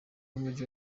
w’umujyi